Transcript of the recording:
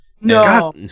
No